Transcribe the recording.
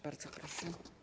Bardzo proszę.